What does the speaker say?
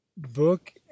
book